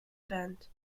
event